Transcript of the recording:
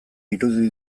irudi